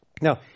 Now